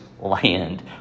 land